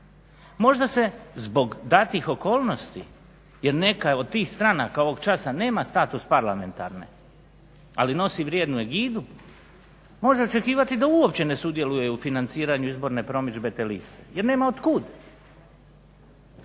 Možda se zbog datih okolnosti jer neka od tih stranaka ovog časa nema status parlamentarne, ali nosi vrijednu egidu može očekivati da uopće ne sudjeluje u financiranju izborne promidžbe te liste jer nama od kud.